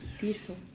Beautiful